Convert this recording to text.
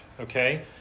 okay